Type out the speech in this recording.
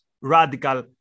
radical